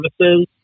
services